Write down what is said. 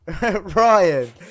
Ryan